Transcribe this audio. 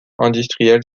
industrielle